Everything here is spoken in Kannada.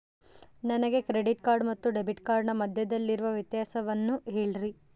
ನನಗೆ ಕ್ರೆಡಿಟ್ ಕಾರ್ಡ್ ಮತ್ತು ಡೆಬಿಟ್ ಕಾರ್ಡಿನ ಮಧ್ಯದಲ್ಲಿರುವ ವ್ಯತ್ಯಾಸವನ್ನು ಹೇಳ್ರಿ?